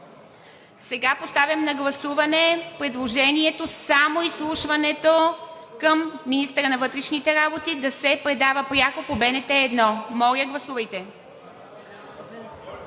59. Поставям на гласуване предложението – само изслушването към министъра на вътрешните работи да се предава пряко по БНТ 1. (Реплики: